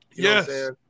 yes